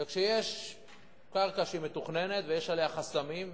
וכשיש קרקע שהיא מתוכננת, ויש עליה חסמים,